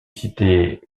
citer